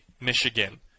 michigan